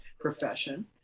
profession